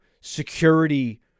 security